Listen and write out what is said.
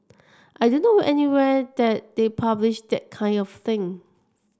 I don't know anywhere that they publish that kind of thing